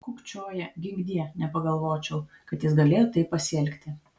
kukčioja ginkdie nepagalvočiau kad jis galėjo taip pasielgti